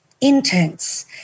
intense